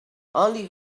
only